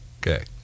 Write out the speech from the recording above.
Okay